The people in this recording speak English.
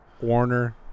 Warner